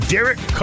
Derek